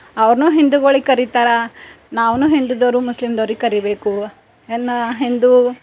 ಅವ್ರು ಹಿಂದುಗಳಿಗ್ ಕರಿತಾರೆ ನಾವು ಹಿಂದುದೋರು ಮುಸ್ಲಿಮ್ದೋರಿಗೆ ಕರಿಬೇಕು ಇನ್ನಾ ಹಿಂದೂ